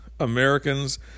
Americans